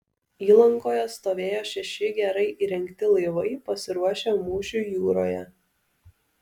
įlankoje stovėjo šeši gerai įrengti laivai pasiruošę mūšiui jūroje